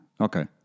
Okay